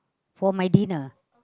for my dinner